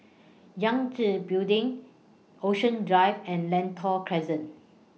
Yangtze Building Ocean Drive and Lentor Crescent